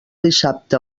dissabte